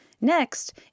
Next